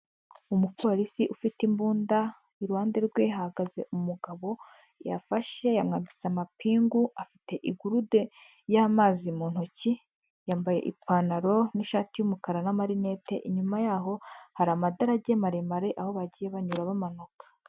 Umupolisi ufite imbunda. Iruhande rwe hahagaze umugabo yafashe, yamwambitse amapingu. Afite igurude y'amazi mu ntoki, yambaye ipantaro n'ishati y'umukara, n'amarinete, inyuma yaho hari amadarage maremare aho bagiye banyura bamanuka.